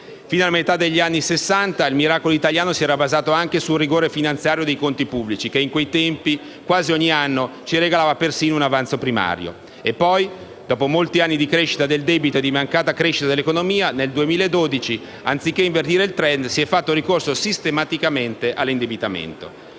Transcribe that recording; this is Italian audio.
Fino alla metà degli anni Sessanta il miracolo italiano si era basato anche sul rigore finanziario dei conti pubblici, che in quei tempi, quasi ogni anno, ci regalava persino un avanzo primario. Poi, dopo molti anni di crescita del debito e di mancata crescita dell'economia, nel 2012, anziché invertire il *trend*, si è fatto ricorso sistematicamente all'indebitamento,